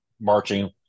marching